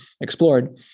explored